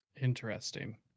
Interesting